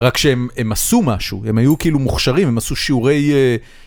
רק שהם עשו משהו, הם היו כאילו מוכשרים, הם עשו שיעורי...